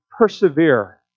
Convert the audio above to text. persevere